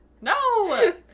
No